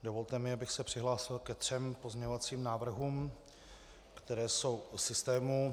Dovolte mi, abych se přihlásil ke třem pozměňovacím návrhům, které jsou v systému.